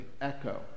echo